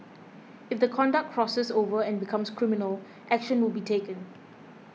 if the conduct crosses over and becomes criminal action will be taken